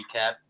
recap